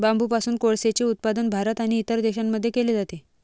बांबूपासून कोळसेचे उत्पादन भारत आणि इतर देशांमध्ये केले जाते